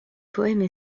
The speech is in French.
poèmes